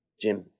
Jim